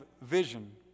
vision